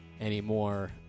anymore